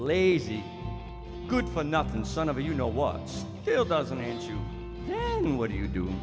lazy good for nothing son of a you know was still doesn't h what do you do